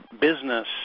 business